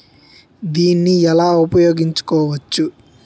దీన్ని ఎలా ఉపయోగించు కోవచ్చు?